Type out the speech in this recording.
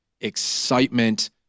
excitement